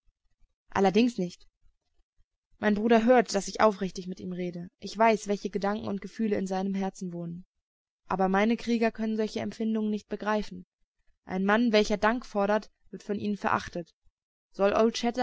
allerdings nicht mein bruder hört daß ich aufrichtig mit ihm rede ich weiß welche gedanken und gefühle in seinem herzen wohnen aber meine krieger können solche empfindungen nicht begreifen ein mann welcher dank fordert wird von ihnen verachtet soll